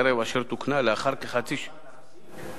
אשר תוקנה לאחר כחצי שעה.